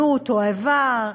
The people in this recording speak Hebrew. תועבה,